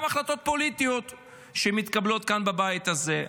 בהחלטות פוליטיות שמתקבלות כאן בבית הזה.